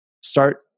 start